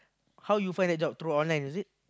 how you find the job through online is it